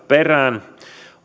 perään